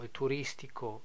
turistico